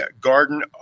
Garden